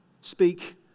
Speak